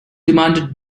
demanded